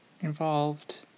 involved